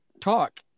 talk